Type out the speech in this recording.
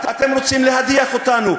אתם רוצים להדיח אותנו,